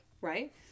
right